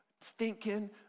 stinking